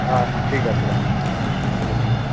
আচ্ছা ঠিক আছে রাখ আমি ঠিক সময় বেরিয়ে যাব